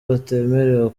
batemerewe